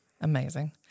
Amazing